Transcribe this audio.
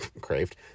craved